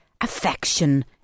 affection